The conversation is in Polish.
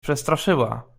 przestraszyła